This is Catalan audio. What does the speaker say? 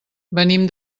venim